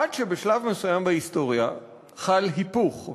עד שבשלב מסוים בהיסטוריה חל היפוך,